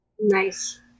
Nice